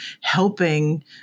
helping